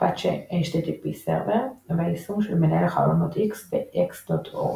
Apache HTTP Server והישום של מנהל החלונות X ב־X.org.